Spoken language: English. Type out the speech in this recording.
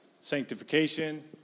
Sanctification